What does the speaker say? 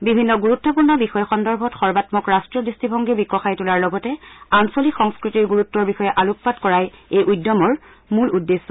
বিভিন্ন গুৰুত্পূৰ্ণ বিষয় সন্দৰ্ভত সৰ্বামক ৰাষ্ট্ৰীয় দৃষ্টিভংগী বিকশাই তোলাৰ লগতে আঞ্চলিক সংস্কৃতিৰ গুৰুত্বৰ বিষয়ে আলোকপাত কৰাই এই উদ্যমৰ মূল উদ্দেশ্য